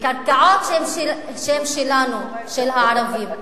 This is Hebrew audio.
ובקרקעות שהן שלנו, של הערבים.